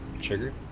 sugar